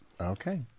Okay